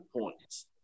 points